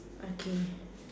okay